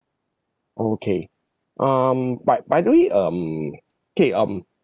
okay um but but actually um K um